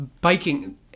biking